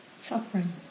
suffering